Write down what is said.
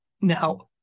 Now